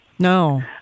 No